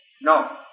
no